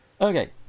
Okay